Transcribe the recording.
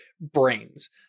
brains